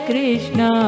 Krishna